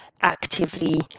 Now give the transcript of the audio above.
actively